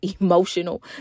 emotional